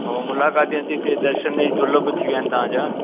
भाऊ मुलाक़ात ई नथी थिए दर्शन ई दुर्लभु थी विया आहिनि तव्हां जा